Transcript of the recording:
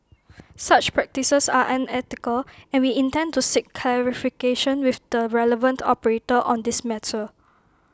such practices are unethical and we intend to seek clarification with the relevant operator on this matter